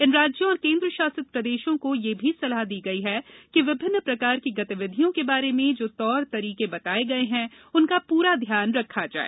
इन राजय्रों और केनद्व शासित प्रदेशों को यह भी सलाह दी गई ह कि विभिन्नम प्रकार की गतिविधियों के बारे में जो तौर तरीके बताये गये हैं उनका श्रा धम्रान रखा जाये